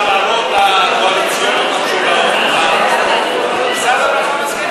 ההעברות הקואליציוניות, משרד הרווחה, מסכים